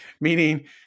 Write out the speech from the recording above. meaning